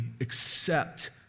accept